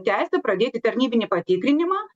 teisę pradėti tarnybinį patikrinimą